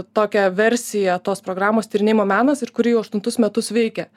tokią versiją tos programos tyrinėjimo menas ir kuri jau aštuntus metus veikia